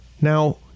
Now